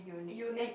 you need